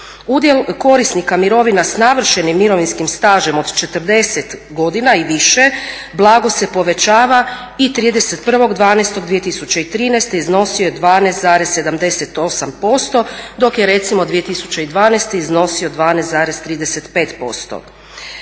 Udjel korisnika mirovina s navršenim mirovinskim stažem od 40 godina i više blago se povećava i 31.12.2013.iznosio je 12,78% dok je recimo 2012.iznosio 12,35%.